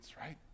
right